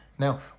Now